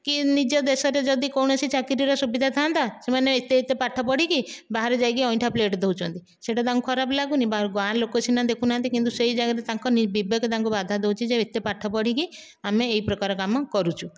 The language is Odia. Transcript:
କି ନିଜ ଦେଶରେ ଯଦି କୌଣସି ଚାକିରିର ସୁବିଧା ଥାନ୍ତା ସେମାନେ ଏତେ ଏତେ ପାଠ ପଢ଼ିକି ବାହାରେ ଯାଇକି ଅଇଁଠା ପ୍ଲେଟ୍ ଧୋଉଛନ୍ତି ସେଇଟା ତାଙ୍କୁ ଖରାପ ଲାଗୁନି ଗାଁ ଲୋକ ସିନା ଦେଖୁନାହାନ୍ତି କିନ୍ତୁ ସେହି ଜାଗାରେ ତାଙ୍କ ବିବେକ ତାଙ୍କୁ ବାଧା ଦେଉଛି ଏତେ ପାଠ ପଢ଼ିକି ଆମେ ଏହି ପ୍ରକାର କାମ କରୁଛୁ